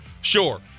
sure